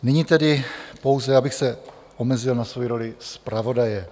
Nyní tedy pouze, abych se omezil na svou roli zpravodaje.